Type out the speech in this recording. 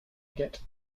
get